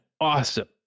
Awesome